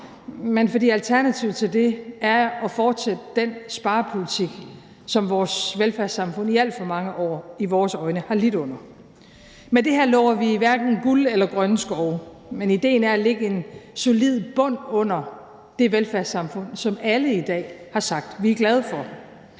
men fordi alternativet til det er at fortsætte den sparepolitik, som vores velfærdssamfund i alt for mange år i vores øjne har lidt under. Kl. 23:15 Med det her lover vi hverken guld eller grønne skove, men idéen er at lægge en solid bund under det velfærdssamfund, som alle i dag har sagt vi er glade for.